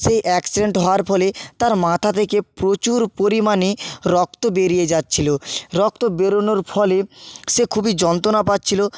সে accident হওয়ার ফলে তার মাথা থেকে প্রচুর পরিমাণে রক্ত বেরিয়ে যাচ্ছিলো রক্ত বেরনোর ফলে সে খুবই যন্ত্রনা পাচ্ছিলো